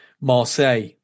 Marseille